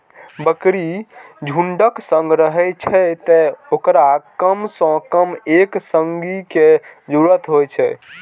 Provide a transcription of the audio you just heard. बकरी झुंडक संग रहै छै, तें ओकरा कम सं कम एक संगी के जरूरत होइ छै